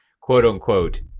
quote-unquote